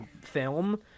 film